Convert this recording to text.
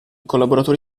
collaboratori